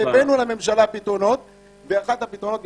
הבאנו פתרונות לממשלה, ואחד הפתרונות שהבאנו,